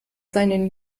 seinen